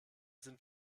sind